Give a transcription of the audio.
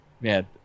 man